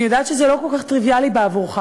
אני יודעת שזה לא כל כך טריוויאלי בעבורך.